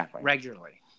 regularly